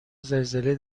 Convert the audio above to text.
زلزله